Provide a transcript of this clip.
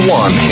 one